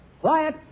Quiet